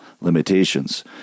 limitations